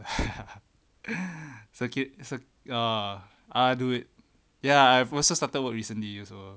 so cute so err I do it ya I've also started work recently also